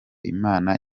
imana